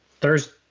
Thursday